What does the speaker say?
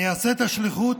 אני אעשה את השליחות,